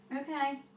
Okay